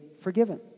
forgiven